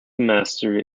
mastery